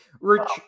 rich